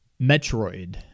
Metroid